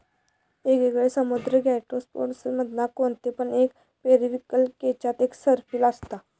येगयेगळे समुद्री गैस्ट्रोपोड्स मधना कोणते पण एक पेरिविंकल केच्यात एक सर्पिल असता